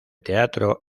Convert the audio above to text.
teatro